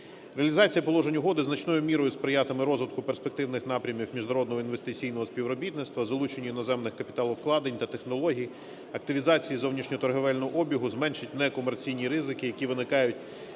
Реалізація положень Угоди значною мірою сприятиме розвитку перспективних напрямів міжнародного інвестиційного співробітництва, залученню іноземних капіталовкладень та технологій, активізації зовнішнього торговельного обігу, зменшить некомерційні ризики, які виникають